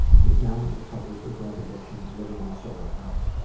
he is now in recovery for drug addiction, living in a sober house.